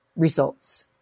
results